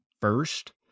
first